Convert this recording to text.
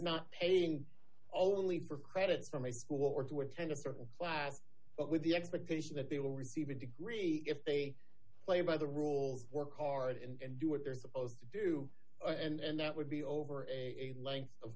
not paying only for credits from a school or to attend a certain class but with the expectation that they will receive a degree if they play by the rules work hard and do what they're supposed to do and that would be over a length of